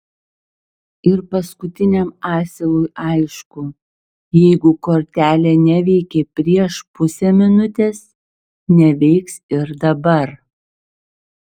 ir paskutiniam asilui aišku jeigu kortelė neveikė prieš pusę minutės neveiks ir dabar